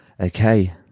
Okay